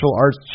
Arts